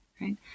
right